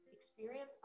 Experience